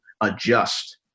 adjust